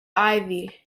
ivy